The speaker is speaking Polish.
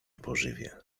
pożywię